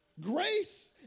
Grace